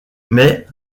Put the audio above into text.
mais